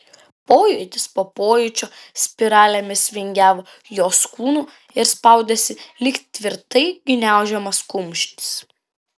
pojūtis po pojūčio spiralėmis vingiavo jos kūnu ir spaudėsi lyg tvirtai gniaužiamas kumštis